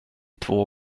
två